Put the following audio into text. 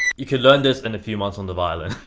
you could learn this in a few months on the violin.